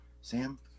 Sam